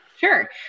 Sure